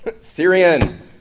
Syrian